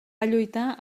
lluitar